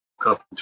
Cup